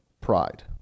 Pride